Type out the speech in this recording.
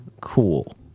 Cool